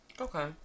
okay